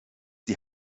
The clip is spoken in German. die